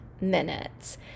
minutes